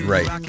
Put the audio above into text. Right